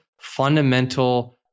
fundamental